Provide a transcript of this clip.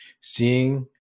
seeing